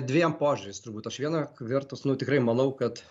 dviem požiūriais turbūt aš viena vertus nu tikrai manau kad